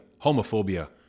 homophobia